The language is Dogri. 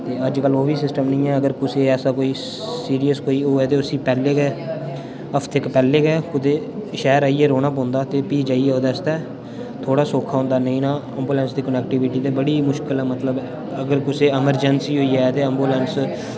ते अज्जकल ओह् बी सिस्टम निं ऐ अगर कुसै ऐसा कोई सीरियस कोई होऐ ते उसी पैह्लें गै हफ्ते इक पैह्लें गै कुदै शैह्र आइयै रौह्ना पौंदा ते भई जाइयै ओह्दे आस्तै थोह्ड़ा सुख थ्होंदा नेईं ता ओह्दे आस्तै कनेक्टिविटी ते बड़ी मुश्कल ऐ मतलब अगर कुसै ई इमरजेंसी होई जाये ते एम्बुलेंस